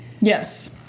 Yes